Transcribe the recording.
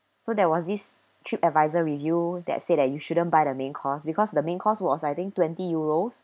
so there was this trip advisor review that said that you shouldn't buy the main course because the main course was I think twenty euros